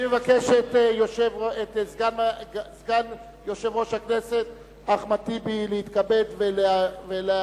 אני מבקש מסגן יושב-ראש הכנסת אחמד טיבי להתכבד ולנהל